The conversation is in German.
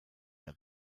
der